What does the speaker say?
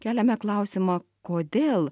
keliame klausimą kodėl